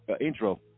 intro